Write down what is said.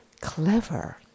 clever